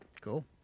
Cool